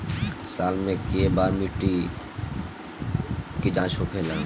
साल मे केए बार मिट्टी के जाँच होखेला?